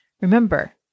Remember